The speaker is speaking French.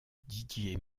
didier